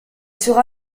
sera